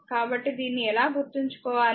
కాబట్టి దీన్ని ఎలా గుర్తుంచుకోవాలి